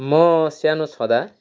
म सानो छँदा